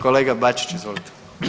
Kolega Bačić izvolite.